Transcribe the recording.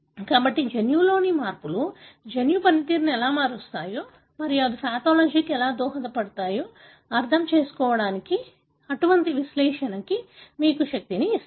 కాబట్టి జన్యువులోని మార్పులు జన్యు పనితీరును ఎలా మారుస్తాయో మరియు అవి పాథాలజీకి ఎలా దోహదపడతాయో అర్థంచేసుకోవడానికి అటువంటి విశ్లేషణ మీకు శక్తిని ఇస్తుంది